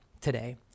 today